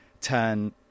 turn